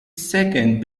second